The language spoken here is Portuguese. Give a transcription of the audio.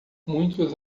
muitos